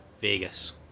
Vegas